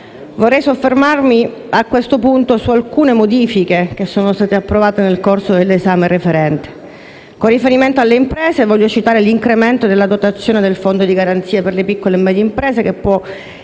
vorrei soffermarmi su alcune modifiche approvate nel corso dell'esame in sede referente. Con riferimento alle imprese, voglio citare l'incremento della dotazione del Fondo di garanzia per le piccole e medie imprese che può essere